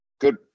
Good